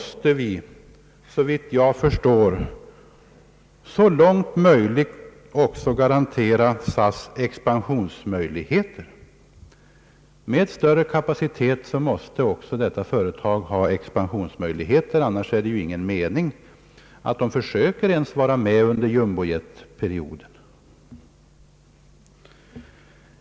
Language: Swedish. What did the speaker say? Såvitt jag förstår, måste vi så långt möjligt garantera SAS expansionsmöjligheter. Med större kapacitet måste företaget ha expansionsmöjligheter, annars är det ju ingen mening med att det ens försöker vara med under jumbo-jet-perioden.